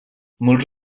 molts